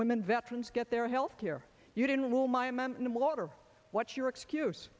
women veterans get their health care you didn't will my men in the water what's your excuse